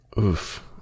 Oof